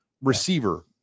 receiver